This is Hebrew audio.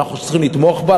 ואנחנו צריכים לתמוך בזה,